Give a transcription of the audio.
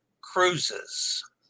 Cruises